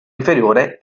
inferiore